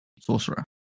sorcerer